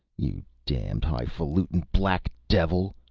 you damned hi-faluting black devil.